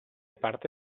parte